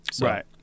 Right